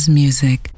music